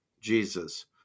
Jesus